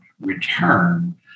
return